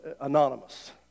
anonymous